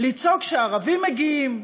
לצעוק שהערבים מגיעים,